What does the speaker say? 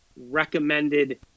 recommended